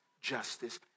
justice